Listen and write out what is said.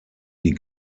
die